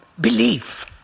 belief